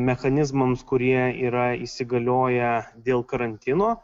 mechanizmams kurie yra įsigalioję dėl karantino